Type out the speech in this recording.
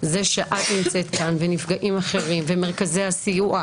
זה שאת נמצאת כאן ונפגעים אחרים ומרכזי הסיוע,